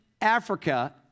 Africa